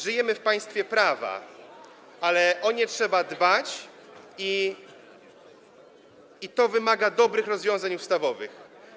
Żyjemy w państwie prawa, ale o nie trzeba dbać i to wymaga dobrych rozwiązań ustawowych.